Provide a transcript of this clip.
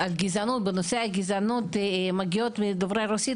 בנושא הגזענות מגיעות מדוברי רוסית,